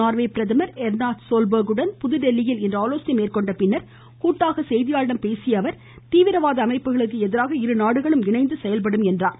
Norway பிரதமர் Erna சோல்பர்க்குடன் புதுதில்லியில் இன்று ஆலோசனை மேற்கொண்டபின் கூட்டாக செய்தியாளர்களிடம் பேசிய அவர் தீவிரவாத அமைப்புகளுக்கு எதிராக இருநாடுகளும் இணைந்து செயல்படும் என்றார்